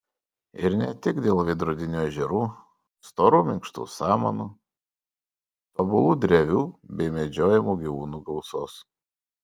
ir ne tik dėl veidrodinių ežerų storų minkštų samanų tobulų drevių bei medžiojamų gyvūnų gausos